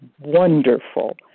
wonderful